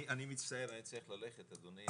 אני מצטער, אני צריך ללכת אדוני.